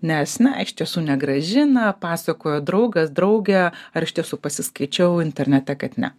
nes na iš tiesų negrąžina pasakojo draugas draugė ar iš tiesų pasiskaičiau internete kad ne